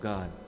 God